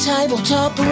Tabletop